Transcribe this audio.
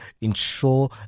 ensure